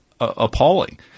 appalling